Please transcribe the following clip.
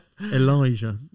Elijah